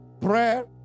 prayer